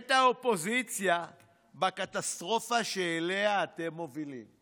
ואת האופוזיציה בקטסטרופה שאליה אתם מובילים.